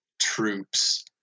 troops